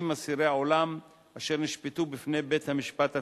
אסירי עולם אשר נשפטו בפני בית-המשפט הצבאי.